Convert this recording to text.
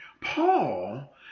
Paul